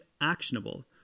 actionable